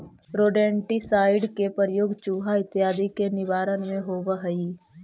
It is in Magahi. रोडेन्टिसाइड के प्रयोग चुहा इत्यादि के निवारण में होवऽ हई